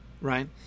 right